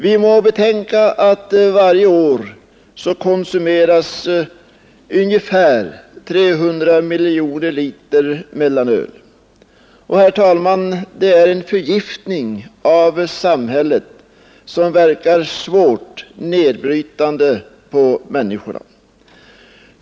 Vi må betänka att varje år konsumeras ungefär 300 miljoner liter mellanöl, och det är en förgiftning av samhället, som verkar svårt nedbrytande på människorna.